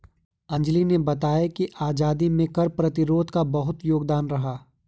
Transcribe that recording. अंजली ने बताया कि आजादी में कर प्रतिरोध का बहुत योगदान रहा